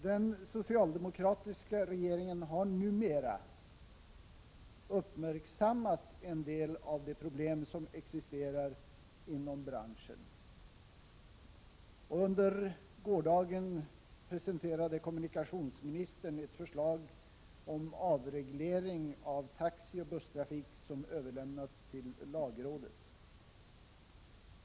Den socialdemokratiska regeringen har numera uppmärksammat en del av de problem som existerar inom branschen. Och under gårdagen presenterade kommunikationsministern ett förslag om avreglering av taxi och busstrafik, som överlämnats till lagrådet.